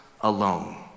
alone